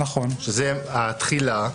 שזה התחילה,